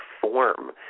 form